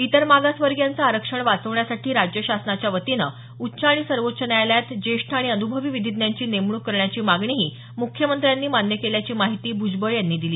इतर मागासवर्गीयांचं आरक्षण वाचवण्यासाठी राज्य शासनाच्या वतीनं उच्च आणि सर्वोच्च न्यायालयात ज्येष्ठ आणि अनुभवी विधिज्ञांची नेमणूक करण्याची मागणीही मुख्यमंत्र्यांनी मान्य केल्याची माहिती भ्जबळ यांनी दिली